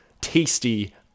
tasty